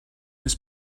his